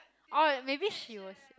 orh maybe she was